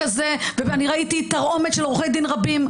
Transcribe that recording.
ואני ראיתי תרעומת של עורכי דין רבים.